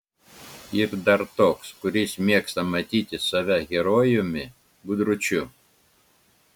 ir dar toks kuris mėgsta matyti save herojumi gudručiu